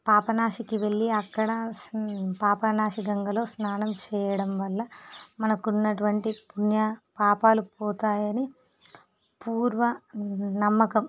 పాపనాశికి వెళ్ళి అక్కడ పాపనాశి గంగలో స్నానం చేయడం వల్ల మనకు ఉన్నటువంటి పుణ్య పాపాలు పోతాయని పూర్వ నమ్మకం